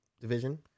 division